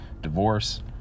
divorce